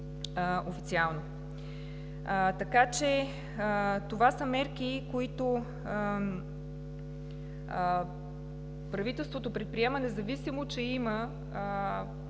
официално. Това са мерки, които правителството предприема, независимо че има